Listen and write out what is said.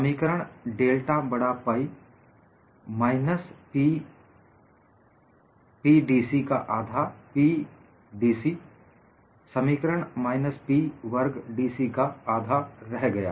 समीकरण डेल्टा बडा pi minus P PdC का आधा P PdC समीकरण माइनस P वर्ग dC का आधा रह गया